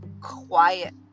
quiet